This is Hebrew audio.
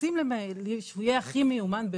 רוצים שהוא יהיה הכי מיומן.